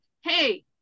Hey